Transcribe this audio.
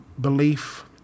belief